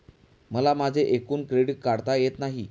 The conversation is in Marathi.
मला माझे एकूण क्रेडिट काढता येत नाही